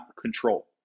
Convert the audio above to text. control